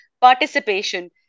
participation